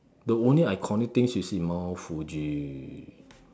the only iconic thing you see is mount Fuji